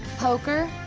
poker,